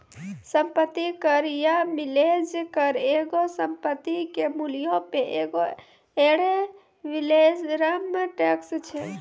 सम्पति कर या मिलेज कर एगो संपत्ति के मूल्यो पे एगो एड वैलोरम टैक्स छै